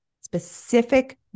specific